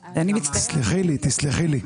לא, תסלחי לי.